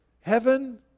heaven